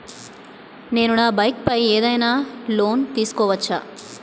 నేను నా బైక్ పై ఏదైనా లోన్ తీసుకోవచ్చా?